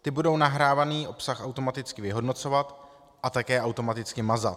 Ty budou nahrávaný obsah automaticky vyhodnocovat a také automaticky mazat.